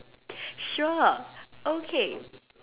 sure okay